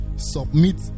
submit